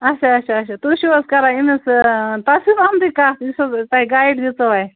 اَچھا اَچھا اَچھا تُہۍ چھُو حَظ کَران أمِس تٮسلیم احمدِن کٔتھ یُس حظ تۅہہِ گایڈ دِژیو اَسہِ